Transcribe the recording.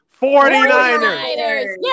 49ers